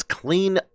clean